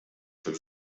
fil